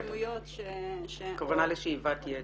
הכוונה לשאיבת יתר.